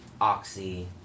Oxy